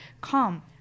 Calm